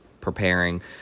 preparing